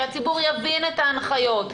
שהציבור יבין את ההנחיות,